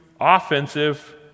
offensive